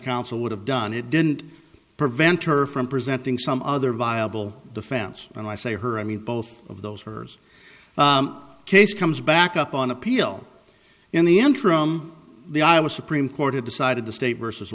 counsel would have done it didn't prevent her from presenting some other viable defense and i say her i mean both of those hers case comes back up on appeal in the interim the iowa supreme court had decided the state versus